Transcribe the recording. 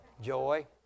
Joy